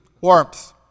Warmth